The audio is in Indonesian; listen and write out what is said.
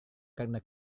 karena